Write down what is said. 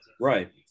Right